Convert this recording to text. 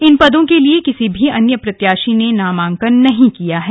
इन पदो के लिए किसी भी अन्य प्रत्याशी के नामांकन नहीं किया है